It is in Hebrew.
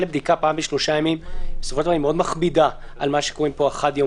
לבדיקה פעם בשלושה ימים מאוד מכבידה על החד-יומיים.